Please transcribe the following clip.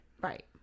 Right